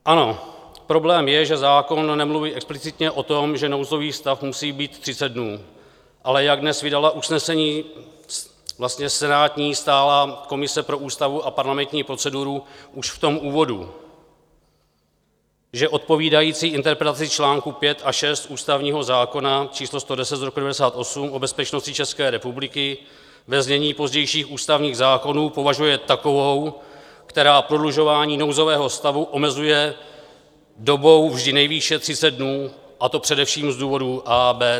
Ano, problém je, že zákon nemluví explicitně o tom, že nouzový stav musí být 30 dnů, ale jak dnes vydala usnesení senátní stálá komise pro ústavu a parlamentní procedury už v tom úvodu, že odpovídající interpretaci článku 5 a 6 ústavního zákona č. 110/1998 Sb., o bezpečnosti České republiky, ve znění pozdějších ústavních zákonů, považuje takovou, která prodlužování nouzového stavu omezuje dobou vždy nejvýše 30 dnů, a to především z důvodů a), b), c), d).